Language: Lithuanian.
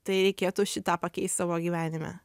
tai reikėtų šį tą pakeist savo gyvenime